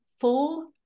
full